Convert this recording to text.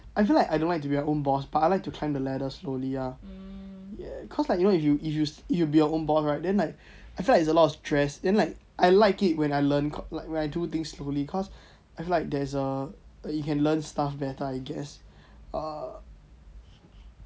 I feel like I don't like to be my own boss but I like to climb the ladder slowly ah ya cause like if you if you if you be your own boss right then like I feel like there is a lot of stress then like I like it when I learn like when I do things slowly cause I feel like there is a you can learn stuff better I guess err